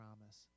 promise